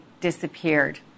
disappeared